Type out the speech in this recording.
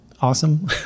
awesome